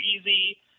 easy